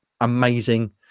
amazing